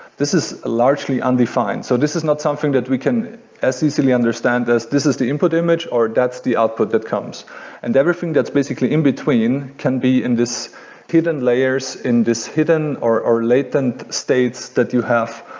this is largely undefined. so this is not something that we can as easily understand that this is the input image, or that's the output that comes and everything that's basically in between can be in this hidden layers, in this hidden or or latent states that you have,